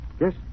Yes